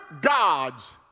gods